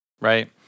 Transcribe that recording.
Right